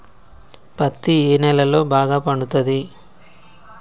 పత్తి ఏ నేలల్లో బాగా పండుతది?